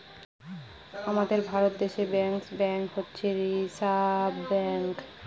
আমাদের ভারত দেশে bankers bank হচ্ছে রিসার্ভ ব্যাঙ্ক